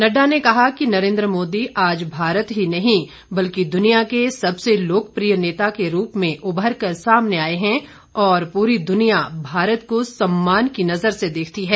नड़डा ने कहा कि नरेंद्र मोदी आज भारत ही नहीं बल्कि दुनिया के सबसे लोकप्रिय नेता के रूप में उभर कर सामने आए हैं और पूरी दुनिया भारत को सम्मान की नजर से देखती है